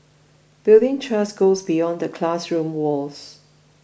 building trust goes beyond the classroom walls